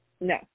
no